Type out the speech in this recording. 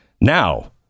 now